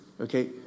okay